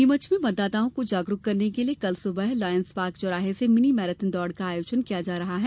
नीमच में मतदाताओं को जागरूक करने के लिए कल सुबह लायन्स पार्क चौराहे से मिनी मैराथन दौड़ का आयोजन किया जा रहा है